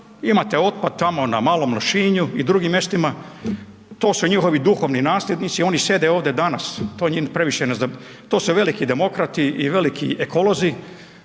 imate otpad tamo na Malom Lošinju i drugim mjestima, to su njihovi duhovni nasljednici, oni sjede ovdje danas, to su veliki demokrati i veliki ekolozi,